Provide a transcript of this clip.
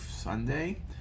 Sunday